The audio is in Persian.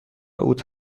اوت